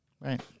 Right